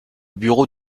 bureau